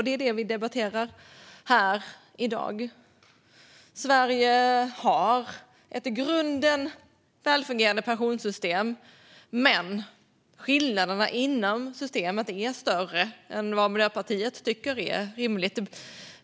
Det är det som vi debatterar här i dag. Sverige har ett i grunden välfungerande pensionssystem. Men skillnaderna inom systemet är större än vad Miljöpartiet tycker är rimligt.